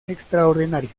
extraordinario